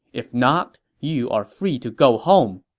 if not, you are free to go home.